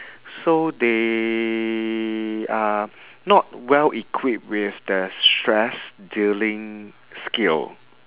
so they are not well equipped with the stress dealing skill